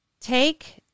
Take